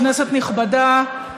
כנסת נכבדה,